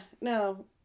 no